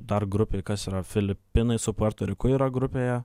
dar grupėj kas yra filipinai su puerto riku yra grupėje